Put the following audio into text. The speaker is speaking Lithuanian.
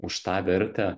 už tą vertę